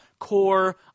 core